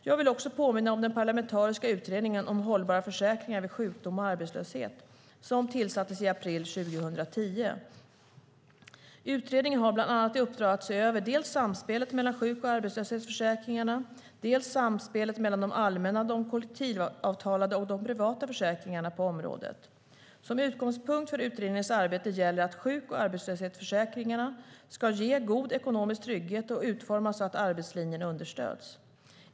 Jag vill också påminna om den parlamentariska utredningen om hållbara försäkringar vid sjukdom och arbetslöshet som tillsattes i april 2010. Utredningen har bland annat i uppdrag att se över dels samspelet mellan sjuk och arbetslöshetsförsäkringarna, dels samspelet mellan de allmänna, de kollektivavtalade och de privata försäkringarna på området. Som utgångspunkt för utredningens arbete gäller att sjuk och arbetslöshetsförsäkringarna ska ge god ekonomisk trygghet och utformas så att arbetslinjen understöds.